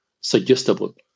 suggestible